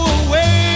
away